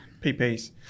PPs